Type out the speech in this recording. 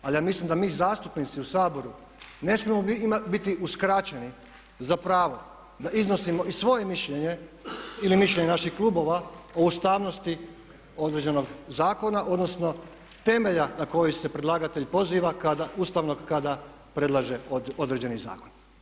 Ali ja mislim da mi zastupnici u Saboru ne smijemo biti uskraćeni za pravo da iznosimo i svoje mišljenje ili mišljenje naših klubova o ustavnosti određenog zakona odnosno temelja ustavnog na koji se predlagatelj poziva kada predlaže određeni zakon.